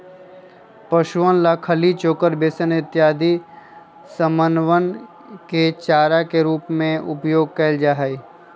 पशुअन ला खली, चोकर, बेसन इत्यादि समनवन के चारा के रूप में उपयोग कइल जाहई